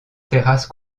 terrasse